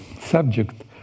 subject